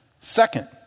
Second